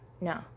No